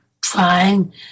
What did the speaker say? trying